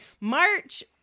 March